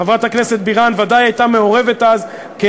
חברת הכנסת בירן ודאי הייתה מעורבת אז,